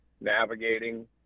navigating